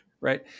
Right